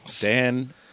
Dan